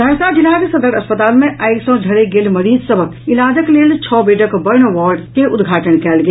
सहरसा जिलाक सदर अस्पताल मे आगि सँ झरकि गेल मरीज सभक इलाजक लेल छओ बेडक बर्न वार्ड के उद्घाटन कयल गेल